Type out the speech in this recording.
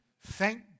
thank